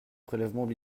prélèvements